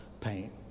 pain